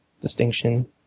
distinction